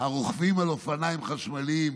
הרוכבים על אופניים חשמליים,